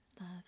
love